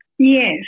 Yes